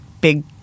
big